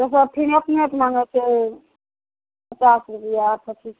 ओसब फेर अपनेसे माँगै छै पचास रुपैआ पचीस